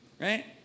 right